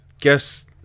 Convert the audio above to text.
guess